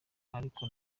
ariko